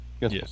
Yes